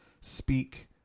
speak